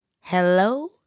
hello